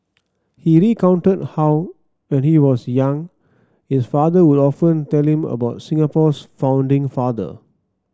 he recounted how when he was young his father would often tell him about Singapore's founding father